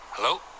Hello